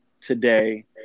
today